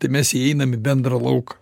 tai mes įeinam į bendrą lauką